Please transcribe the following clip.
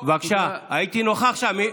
הייתי נוכח שם.